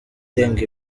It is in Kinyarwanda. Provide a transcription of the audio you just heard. irenga